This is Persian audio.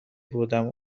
بودم